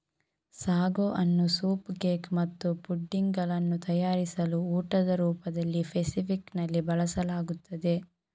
sago ಅನ್ನು soup cake ಮತ್ತು pudding ಗಳನ್ನು ತಯಾರಿಸಲು ಊಟದ ರೂಪದಲ್ಲಿ ಫೆಸಿಫಿಕ್ ನಲ್ಲಿ ಬಳಸಲಾಗುತ್ತದೆ